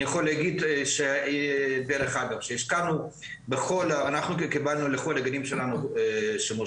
אני יכול להגיד שקיבלנו לכל הגנים שלנו שימוש